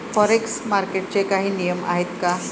Forex मार्केटचे काही नियम आहेत का?